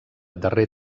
darrer